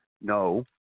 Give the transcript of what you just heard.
No